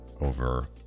over